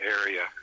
area